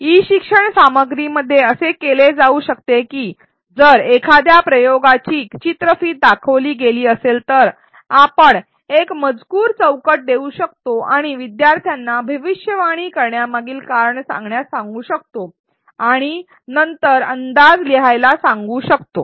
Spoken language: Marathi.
ई शिक्षण सामग्रीमध्ये असे केले जाऊ शकते की जर एखाद्या प्रयोगाची चित्रफित दाखवली गेली असेल तर आपण एक मजकूर चौकट देऊ शकतो आणि शिकणाऱ्यांना भविष्यवाणी करण्यामागील कारण सांगण्यास सांगू शकतो आणि नंतर अंदाज लिहायला सांगू शकतो